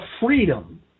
freedom